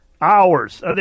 Hours